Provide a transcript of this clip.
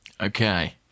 Okay